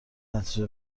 نتیجه